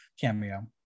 cameo